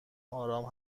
آرام